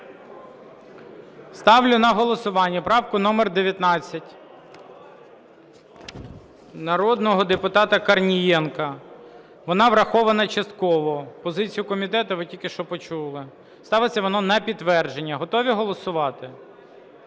Ставлю на голосування правку номер 19 народного депутата Корнієнка. Вона врахована частково. Позицію комітету ви тільки що почули. Ставиться вона на підтвердження. Готові голосувати?